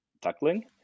tackling